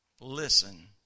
listen